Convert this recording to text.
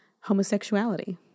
homosexuality